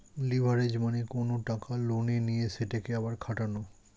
leverage মানে কোনো টাকা লোনে নিয়ে সেটাকে আবার খাটানো